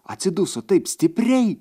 atsiduso taip stipriai